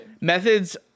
Methods